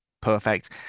perfect